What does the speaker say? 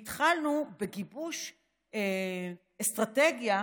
והתחלנו בגיבוש אסטרטגיה,